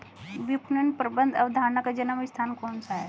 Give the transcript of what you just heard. विपणन प्रबंध अवधारणा का जन्म स्थान कौन सा है?